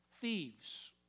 Thieves